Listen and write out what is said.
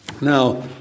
Now